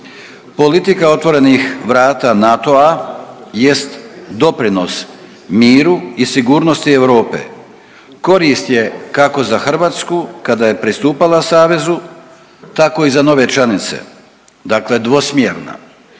Politika otvorenih vrata NATO-a jest doprinos miru i sigurnosti Europe, korist je kako za Hrvatsku kada je pristupala savezu tako i za nove članice, dakle dvosmjerna.